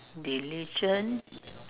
diligent